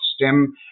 STEM